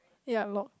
ya lock